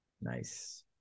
Nice